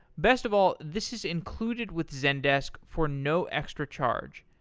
best of all, this is included with zendesk for no extra charge.